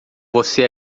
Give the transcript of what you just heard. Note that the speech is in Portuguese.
você